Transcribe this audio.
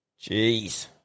Jeez